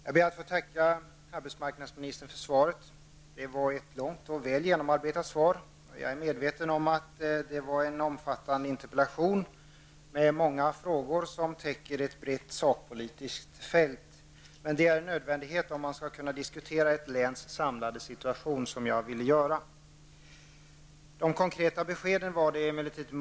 Herr talman! Jag ber att få tacka arbetsmarknadsministern för svaret. Det var ett långt och väl genomarbetat svar. Jag är medveten om att det var en omfattande interpellation med många frågor som täcker ett brett sakpolitiskt fält. Men det är en nödvändighet om man skall kunna diskutera ett läns samlade situation, och jag ville göra detta. Det var magrare med de konkreta beskeden.